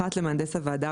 (1)למהנדס הוועדה,